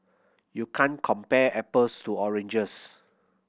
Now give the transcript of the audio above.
you can't compare apples to oranges